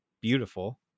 beautiful